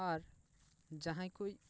ᱟᱨ ᱡᱟᱦᱟᱸᱭ ᱠᱚ